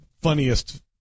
funniest